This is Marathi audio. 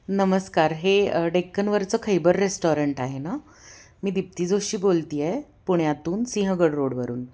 नमस्कार हे डेक्कनवरचं खैबर रेस्टॉरंट आहे ना मी दिप्ती जोशी बोलते आहे पुण्यातून सिंहगड रोडवरून